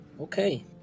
Okay